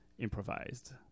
Improvised